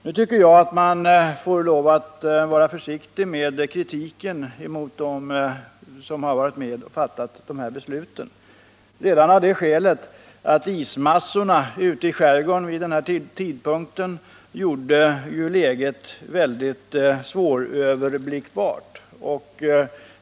Nu tycker jag att man får lov att vara försiktig med kritiken mot dem som varit med och fattat besluten, redan av det skälet att ismassorna ute i skärgården vid denna tidpunkt gjorde läget väldigt svåröverblickbart.